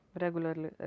regularly